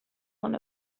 one